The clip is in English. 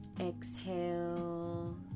exhale